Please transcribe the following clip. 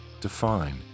define